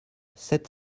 sept